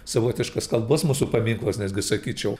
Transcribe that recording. savotiškas kalbos mūsų paminklas netgi sakyčiau